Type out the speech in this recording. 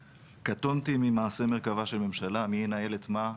קטונתי ממעשה מרכבה של ממשלה, מי ינהל את מה.